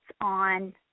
on